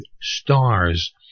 stars